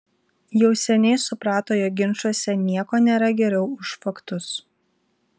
jau seniai suprato jog ginčuose nieko nėra geriau už faktus